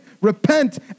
repent